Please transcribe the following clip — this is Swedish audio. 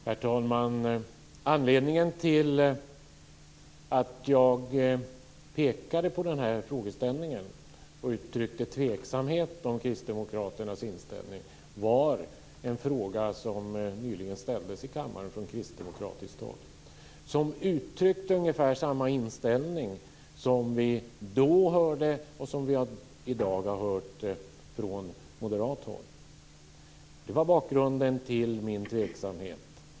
Herr talman! Anledningen till att jag pekade på denna frågeställning och uttryckte tveksamhet om kristdemokraternas inställning var en fråga som nyligen ställdes i kammaren från kristdemokratiskt håll, som uttryckte ungefär samma inställning som vi då hörde och som vi i dag har hört från moderat håll. Det var bakgrunden till min tveksamhet.